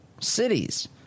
cities